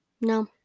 No